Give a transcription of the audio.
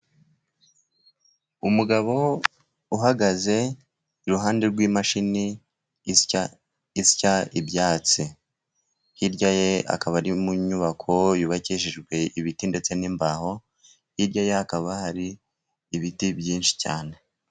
Umugabo uhagaze iruhande rw'imashini isya ibyatsi. Hirya ye akaba ari mu nyubako yubakishijwe ibiti ndetse n'imbaho, hirya ye hakaba hari ibiti byinshi cyane.